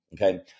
okay